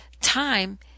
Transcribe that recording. time